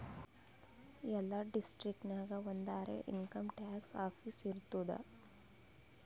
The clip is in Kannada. ಎಲ್ಲಾ ಡಿಸ್ಟ್ರಿಕ್ಟ್ ನಾಗ್ ಒಂದರೆ ಇನ್ಕಮ್ ಟ್ಯಾಕ್ಸ್ ಆಫೀಸ್ ಇರ್ತುದ್